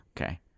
Okay